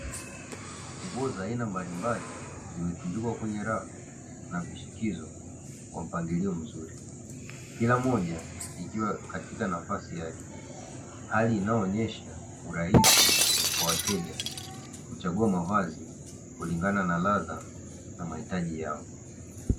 Nguo za aina mbalimbali zimetundikwa kwenye rafu na vishikizo kwa mpangilio mzuri, kila moja ikiwa katika nafasi yake. Hali inayoonyesha urahisi kwa wateja kuchagua mavazi kulingana na ladha na mahitaji yao.